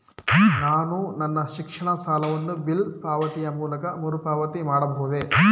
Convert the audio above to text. ನಾನು ನನ್ನ ಶಿಕ್ಷಣ ಸಾಲವನ್ನು ಬಿಲ್ ಪಾವತಿಯ ಮೂಲಕ ಮರುಪಾವತಿ ಮಾಡಬಹುದೇ?